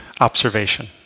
observation